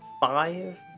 five